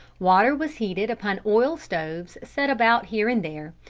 water was heated upon oil-stoves set about here and there,